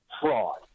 fraud